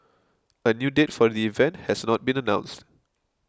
a new date for the event has not been announced